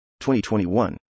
2021